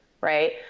right